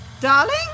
darling